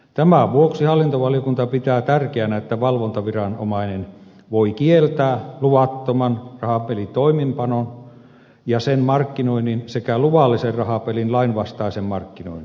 tämän vuoksi hallintovaliokunta pitää tärkeänä että valvontaviranomainen voi kieltää luvattoman rahapelin toimeenpanon ja sen markkinoinnin sekä luvallisen rahapelin lainvastaisen markkinoinnin